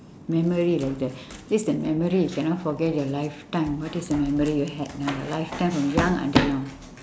memory like the this the memory you cannot forget your lifetime what is the memory you had in your lifetime from young until now